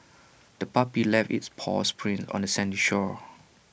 the puppy left its paw prints on the sandy shore